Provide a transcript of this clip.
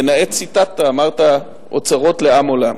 ונאה ציטטת, אמרת: אוצרות לעם עולם.